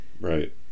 right